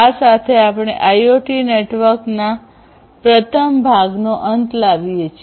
આ સાથે આપણે આઈઓટી નેટવર્કના પ્રથમ ભાગનો અંત લાવીએ છીએ